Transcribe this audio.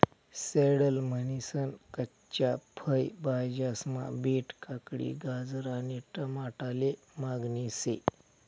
salad म्हनीसन कच्च्या फय भाज्यास्मा बीट, काकडी, गाजर आणि टमाटाले मागणी शे